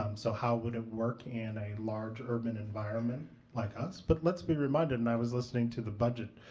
um so how would it work in a large, urban environment like us? so but let's be reminded and i was listening to the budget.